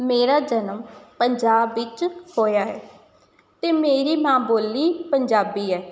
ਮੇਰਾ ਜਨਮ ਪੰਜਾਬ ਵਿੱਚ ਹੋਇਆ ਹੈ ਅਤੇ ਮੇਰੀ ਮਾਂ ਬੋਲੀ ਪੰਜਾਬੀ ਹੈ